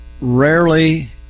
rarely